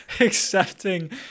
accepting